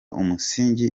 umusingi